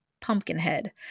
Pumpkinhead